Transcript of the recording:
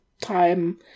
time